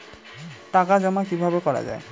টাকা জমা কিভাবে করা য়ায়?